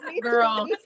girl